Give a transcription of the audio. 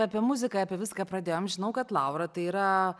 apie muziką apie viską pradėjom žinau kad laura tai yra